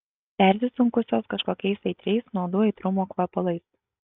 persisunkusios kažkokiais aitriais nuodų aitrumo kvepalais